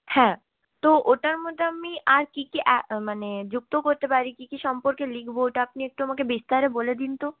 হ্যাঁ তো ওটার মধ্যে আমি আর কী কী মানে যুক্ত করতে পারি কী কী সম্পর্কে লিখব ওটা আপনি একটু আমাকে বিস্তারে বলে দিন তো